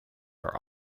are